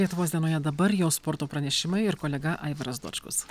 lietuvos dienoje dabar jau sporto pranešimai ir kolega aivaras dočkus